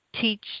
teach